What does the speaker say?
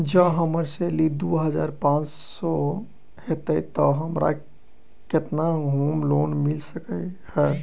जँ हम्मर सैलरी दु हजार पांच सै हएत तऽ हमरा केतना होम लोन मिल सकै है?